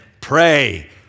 pray